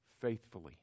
faithfully